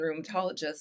rheumatologist